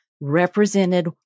represented